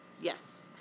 Yes